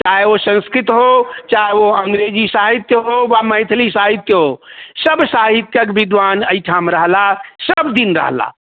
चाहे ओ संस्कृत हो चाहे ओ अङ्ग्रेजी साहित्य होबऽ मैथिली साहित्य हो सभ साहित्यक बिद्वान एहिठाम रहलाह सभ दिन रहलाह